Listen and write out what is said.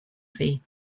fee